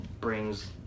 brings